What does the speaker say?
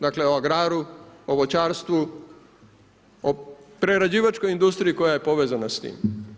Dakle, o agraru, o voćarstvu, o prerađivačkoj industriji koja je povezana s tim.